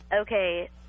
Okay